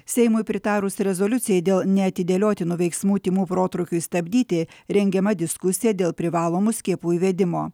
seimui pritarus rezoliucijai dėl neatidėliotinų veiksmų tymų protrūkiui stabdyti rengiama diskusija dėl privalomų skiepų įvedimo